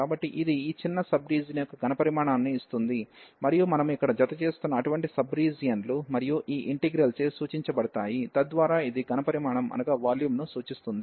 కాబట్టి ఇది ఈ చిన్న సబ్ రీజియన్ యొక్క ఘన పరిమాణాన్ని ఇస్తుంది మరియు మనము ఇక్కడ జత చేస్తున్న అటువంటి సబ్ రీజియన్లు మరియు ఈ ఇంటిగ్రల్ చే సూచించబడతాయి తద్వారా ఇది ఘన పరిమాణంను సూచిస్తుంది